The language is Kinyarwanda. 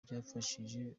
byabafashije